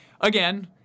again